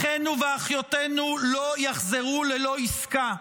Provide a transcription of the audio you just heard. אחינו ואחיותינו לא יחזרו ללא עסקה.